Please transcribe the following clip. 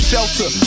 Shelter